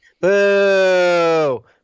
Boo